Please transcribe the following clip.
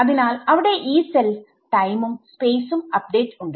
അതിനാൽ അവിടെ Yee സെൽടൈമും സ്പേസും അപ്ഡേറ്റ് ഉണ്ട്